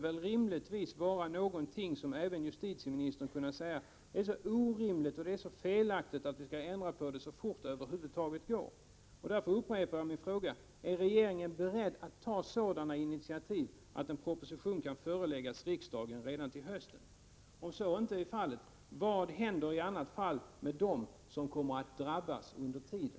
Även justitieministern borde kunna säga att detta är så orimligt och felaktigt att vi skall ändra reglerna så fort det över huvud taget går. Jag upprepar min fråga: Är regeringen beredd att ta sådana initiativ att en proposition kan föreläggas riksdagen redan till hösten? Om så inte är fallet, vad händer då med dem som drabbas under tiden?